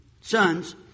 sons